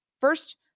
first